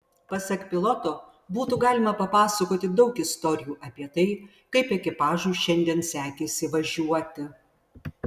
pasak piloto būtų galima papasakoti daug istorijų apie tai kaip ekipažui šiandien sekėsi važiuoti